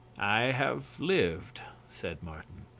i have lived, said martin.